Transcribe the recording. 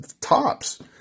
tops